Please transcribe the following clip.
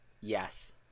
Yes